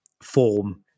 form